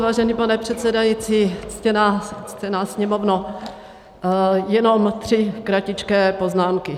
Vážený pane předsedající, ctěná Sněmovno, jenom tři kratičké poznámky.